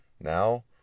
Now